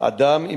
אדם עם